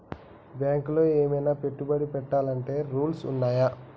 బ్యాంకులో ఏమన్నా పెట్టుబడి పెట్టాలంటే రూల్స్ ఉన్నయా?